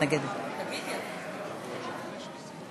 את הצעת חוק הביטוח הלאומי (תיקון,